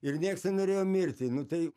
ir nieks nenorėjo mirti nu tai